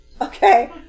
okay